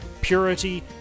purity